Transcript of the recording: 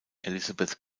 elizabeth